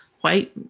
white